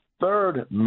third